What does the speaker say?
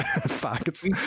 facts